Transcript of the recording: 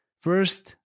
first